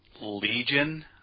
Legion